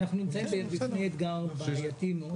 אנחנו נמצאים בפני אתגר בעייתי מאוד.